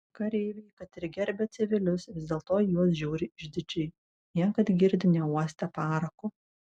kareiviai kad ir gerbia civilius vis dėlto į juos žiūri išdidžiai niekad girdi neuostę parako